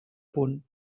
punt